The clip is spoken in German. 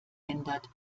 ändert